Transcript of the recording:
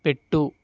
పెట్టు